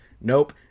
Nope